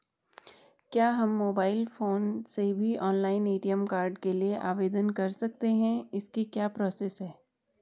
क्या हम mobile phone से भी ऑनलाइन ए.टी.एम कार्ड के लिए आवेदन कर सकते हैं इसकी क्या प्रोसेस है?